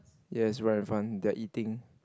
yes right in front they're eating